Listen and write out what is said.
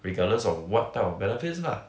regardless of what type of benefits lah